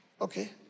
okay